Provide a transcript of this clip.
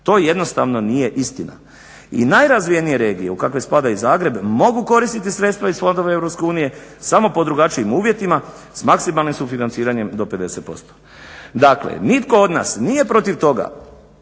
To jednostavno nije istina. I najrazvijenije regije u kakve spada i Zagreb mogu koristiti sredstva iz fondova Europske unije samo po drugačijim uvjetima s maksimalnim sufinanciranjem do 50%. Dakle, nitko od nas nije protiv toga